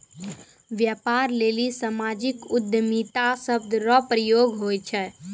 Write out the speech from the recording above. व्यापार लेली सामाजिक उद्यमिता शब्द रो प्रयोग हुवै छै